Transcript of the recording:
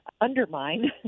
undermine